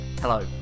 Hello